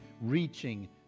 reaching